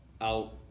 out